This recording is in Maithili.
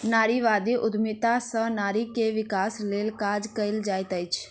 नारीवादी उद्यमिता सॅ नारी के विकासक लेल काज कएल जाइत अछि